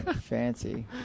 Fancy